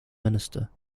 minister